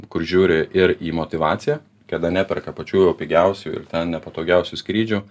kur žiūri ir į motyvaciją kada neperka pačių jau pigiausių ir ten nepatogiausių skrydžių